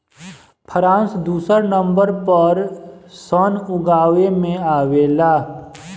France दुसर number पर सन उगावे में आवेला